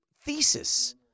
thesis